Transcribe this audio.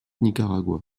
nicaragua